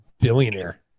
billionaire